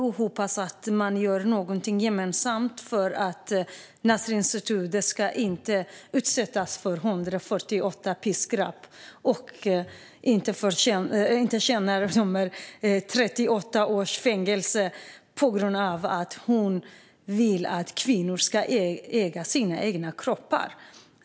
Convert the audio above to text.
Jag hoppas att man gör någonting gemensamt för att Nasrin Sotoudeh inte ska utsättas för 148 piskrapp och inte avtjäna 38 års fängelse på grund av att hon vill att kvinnor ska äga sina egna kroppar.